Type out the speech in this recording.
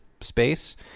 space